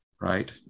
right